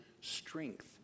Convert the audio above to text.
strength